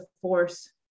force